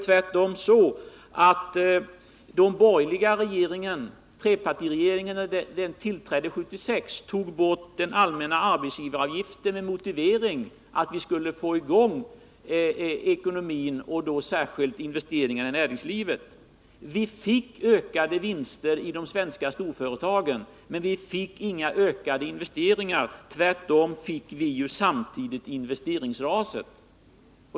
När den borgerliga trepartiregeringen tillträdde 1976 tog den bort den allmänna arbetsgivaravgiften med motiveringen att vi skulle få i gång ekonomin och då särskilt investeringarna i näringslivet. Och vi fick ökade vinster i de svenska storföretagen, men vi fick inga ökade investeringar. Tvärtom fick vi samtidigt investeringsraset.